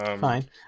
Fine